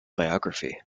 biography